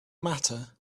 matter